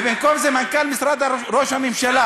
ובמקום זה מנכ"ל משרד ראש הממשלה,